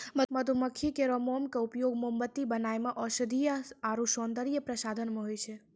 मधुमक्खी केरो मोम क उपयोग मोमबत्ती बनाय म औषधीय आरु सौंदर्य प्रसाधन म होय छै